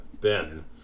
Ben